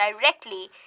directly